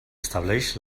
estableix